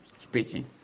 speaking